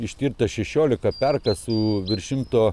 ištirta šešiolika perkasų virš šimto